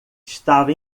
estava